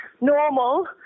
normal